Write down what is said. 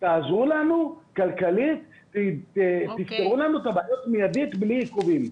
תעזרו לנו כלכלית ותפתרו לנו את הבעיות מיידית בלי עיכובים.